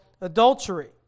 adultery